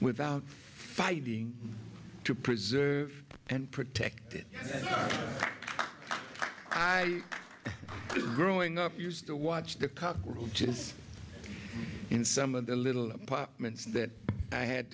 without fighting to preserve and protect it and i growing up used to watch the cockroaches in some of the little apartments that i had